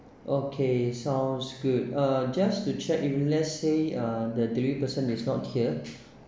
okay sounds good uh just to check if let's say uh the delivery person is not here